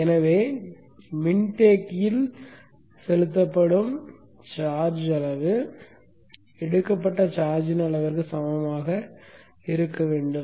எனவே மின்தேக்கியில் செலுத்தப்படும் கட்டணத்தின் அளவு எடுக்கப்பட்ட சார்ஜின் அளவிற்கு சமமாக இருக்க வேண்டும்